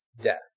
death